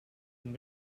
amb